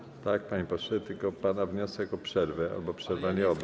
Tak, panie pośle, tylko pana wniosek o przerwę albo przerwanie obrad.